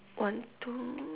one two